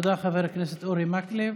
תודה, חבר הכנסת אורי מקלב.